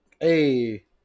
Hey